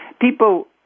people